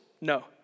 no